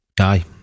Aye